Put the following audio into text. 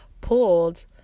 pulled